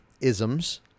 isms